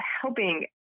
helping